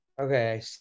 Okay